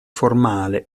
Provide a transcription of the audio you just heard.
formale